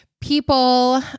people